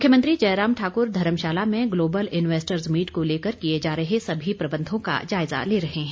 मुख्यमंत्री जयराम ठाकर धर्मशाला में global investors meet को लेकर किए जा रहे सभी प्रबंधों का जायजा ले रहे हैं